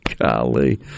Golly